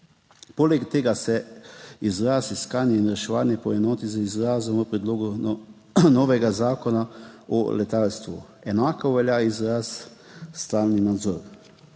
Poleg tega se izraz iskanje in reševanje poenoti z izrazom v predlogu novega zakona o letalstvu, enako velja izraz stalni nadzor.